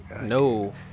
No